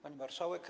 Pani Marszałek!